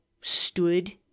stood